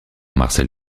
marcel